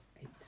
Eight